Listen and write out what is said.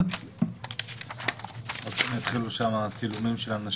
וגם על זה